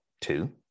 two